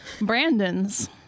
Brandon's